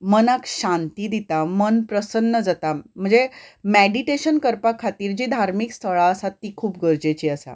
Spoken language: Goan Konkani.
मनाक शांती दिता मन प्रसन्न जाता म्हणजे मेडीटेशन करपा खातीर जी धार्मीक स्थळां आसात ती खूब गरजेची आसा